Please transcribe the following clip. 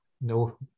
no